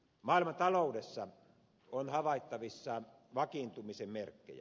maailmantaloudessa on havaittavissa vakiintumisen merkkejä